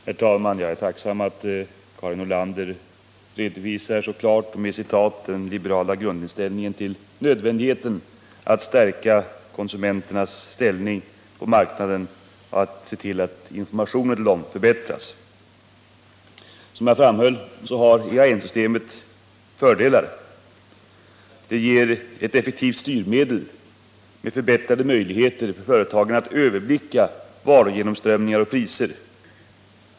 Herr talman! Jag är tacksam för att Karin Nordlander så klart med citat redovisade den liberala grundinställningen till nödvändigheten av att stärka konsumenternas ställning på marknaden och att se till att informationen till dem förbättras. Som jag framhöll har EAN-systemet fördelar. Det ger ett effektivt styrmedel med förbättrade möjligheter för företagen att överblicka varugenomströmningar och priser.